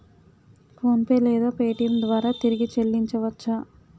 PhonePe లేదా Paytm ద్వారా తిరిగి చల్లించవచ్చ?